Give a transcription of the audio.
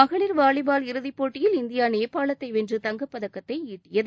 மகளிர் வாலிபால் இறுதிப் போட்டியில் இந்தியா நேபாளத்தை வென்று தங்கப் பதக்கத்தை ஈட்டியது